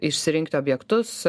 išsirinkti objektus